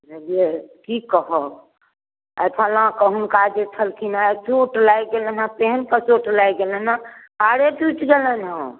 बुझलियै की कहब एखन लऽ कऽ हुनका जे छलखिन हँ चोट लागि गेलै हँ तेहन कऽ चोट लागि गेलै हँ पैरे टूटि गेलै हँ